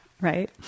right